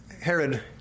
Herod